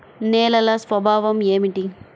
నేలల స్వభావం ఏమిటీ?